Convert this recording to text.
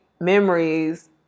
memories